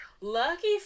Lucky